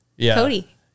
Cody